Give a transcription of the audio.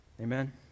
Amen